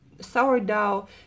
Sourdough